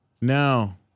No